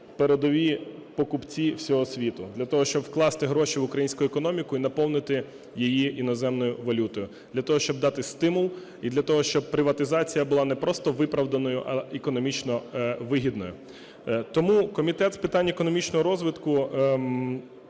передові покупці всього світу для того, щоб вкласти гроші в українську економіку і наповнити її іноземною валютою, для того, щоб дати стимул, і для того, щоб приватизація була не просто виправданою, а економічно вигідною. Тому Комітет з питань економічного розвитку